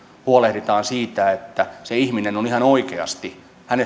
huolehditaan siitä että ihmisestä ihan oikeasti